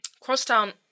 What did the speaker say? Crosstown